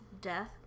death